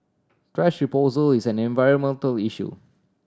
thrash disposal is an environmental issue